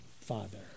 Father